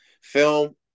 Film